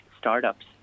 startups